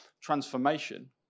transformation